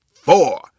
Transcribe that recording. four